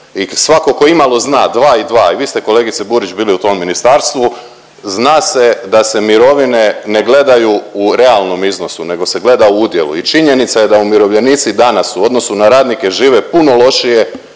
i svatko tko imalo zna dva i dva, i vi ste kolegice Burić bili u tom ministarstvu, zna se da se mirovine ne gledaju u realnom iznosu, nego se gleda u udjelu. I činjenica je da umirovljenici danas u odnosu na radnike žive puno lošije